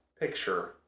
picture